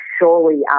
surely